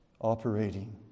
operating